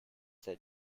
that